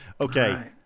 Okay